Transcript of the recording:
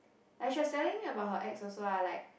like she was telling me about her ex also lah like